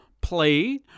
play